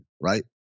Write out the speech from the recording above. right